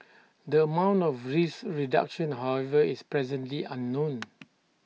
the amount of risk reduction however is presently unknown